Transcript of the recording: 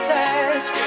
touch